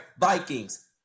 Vikings